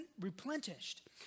replenished